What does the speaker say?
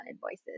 voices